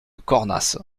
cornas